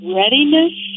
readiness